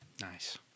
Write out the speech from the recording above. Nice